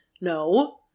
no